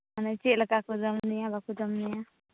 ᱢᱟᱱᱮ ᱪᱮᱫ ᱞᱮᱠᱟ ᱠᱚ ᱡᱚᱢ ᱧᱩᱭᱟ ᱵᱟᱠᱚ ᱡᱚᱢ ᱧᱩᱭᱟ